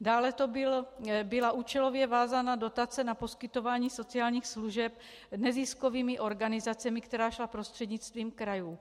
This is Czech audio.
Dále to byla účelově vázaná dotace na poskytování sociálních služeb neziskovými organizacemi, která šla prostřednictvím krajů.